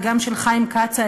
וגם של חיים כץ,